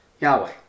Yahweh